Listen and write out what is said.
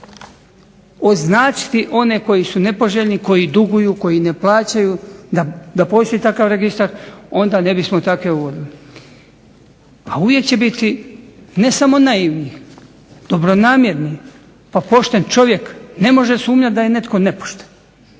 označiti one koji su nepoželjni, koji duguju, koji ne plaćaju. Da postoji takav registar onda ne bismo takve uvodili. A uvijek će biti ne samo naivnih, dobronamjernih pa pošten čovjek ne može sumnjati da je netko nepošten